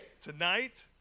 Tonight